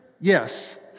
Yes